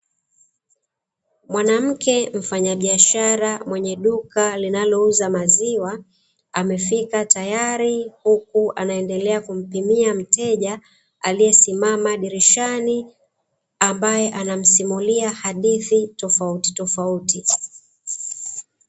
Mwanamke mfanyabiashara, mwenye duka linalouza maziwa amefika tayari, huku anaendelea kumpimia mteja aliyesimama dirishani ambaye, anamsimulia hadithi tofautitofauti.